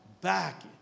back